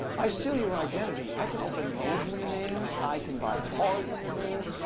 i steal your identity. i can open loans in your name. i can buy cars in your name.